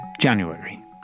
January